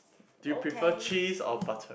do you prefer cheese or butter